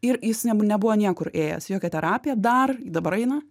ir jis ne nebuvo niekur ėjęs jokią terapiją dar dabar eina